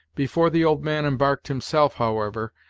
before the old man embarked himself, however,